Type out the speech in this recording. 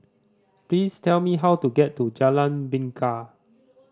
please tell me how to get to Jalan Bingka